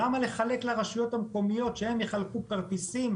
למה לחלק לרשויות המקומיות שהן יחלקו כרטיסים